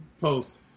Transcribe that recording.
post